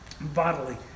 bodily